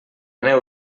neu